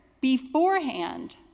beforehand